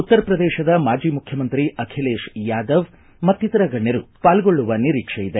ಉತ್ತರ ಪ್ರದೇಶ ಮಾಜಿ ಮುಖ್ಯಮಂತ್ರಿ ಅಖಿಲೇತ್ ಯಾದವ್ ಮತ್ತಿತರ ಗಣ್ಯರು ಪಾಲ್ಗೊಳ್ಳುವ ನಿರೀಕ್ಷೆ ಇದೆ